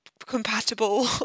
compatible